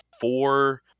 four